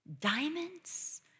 Diamonds